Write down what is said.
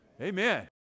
amen